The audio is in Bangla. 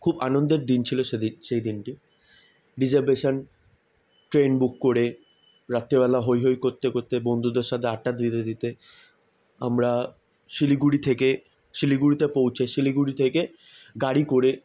খুব আনন্দের দিন ছিল সে দিক সেই দিনটি রিজার্ভেশন ট্রেন বুক করে রাত্রিবেলা হইহই করতে করতে বন্ধুদের সাথে আড্ডা দিতে দিতে আমরা শিলিগুড়ি থেকে শিলিগুড়িতে পৌঁছে শিলিগুড়ি থেকে গাড়ি করে